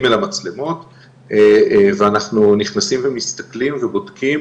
אל המצלמות ואנחנו נכנסים ומסתכלים ובודקים